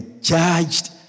judged